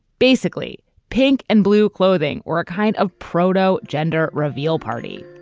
basically pink and blue clothing or a kind of proto gender reveal party